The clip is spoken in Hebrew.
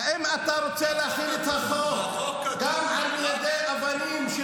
האם אתה רוצה להחיל את החוק גם על מיידי אבנים של